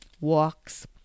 walks